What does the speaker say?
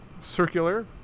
circular